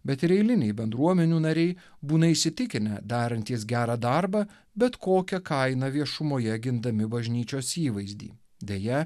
bet ir eiliniai bendruomenių nariai būna įsitikinę darantys gerą darbą bet kokia kaina viešumoje gindami bažnyčios įvaizdį deja